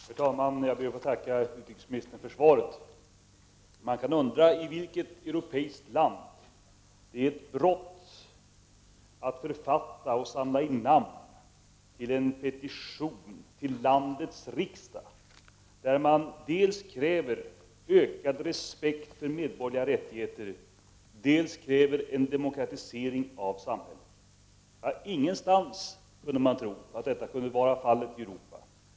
Herr talman! Jag ber att få tacka utrikesministern för svaret. Man kan undra i vilket europeiskt land det är ett brott att författa och samla in namn till en petition till landets riksdag, där man kräver dels ökad respekt för medborgarrättigheter, dels en demokratisering av samhället. Ingenstans kan det vara fallet i Europa, kunde man tro.